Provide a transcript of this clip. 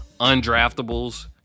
undraftables